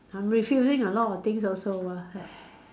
I'm refilling a lot of thing also [what]